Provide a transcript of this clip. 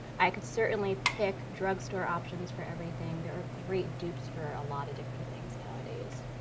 i can certainly pick drug store options for everything. there are great dupes for a lot of different things nowadays.